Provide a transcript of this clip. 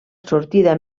sortida